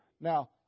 Now